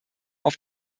auf